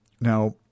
Now